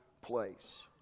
place